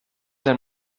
del